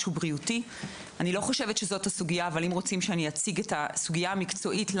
אני לא חושבת שזאת הסוגיה אבל אם רוצים שאציג את הסוגיה המקצועית,